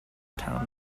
town